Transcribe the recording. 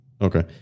Okay